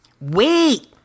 Wait